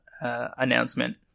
announcement